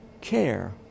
care